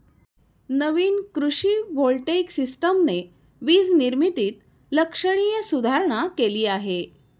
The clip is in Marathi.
नवीन कृषी व्होल्टेइक सिस्टमने वीज निर्मितीत लक्षणीय सुधारणा केली आहे